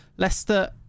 Leicester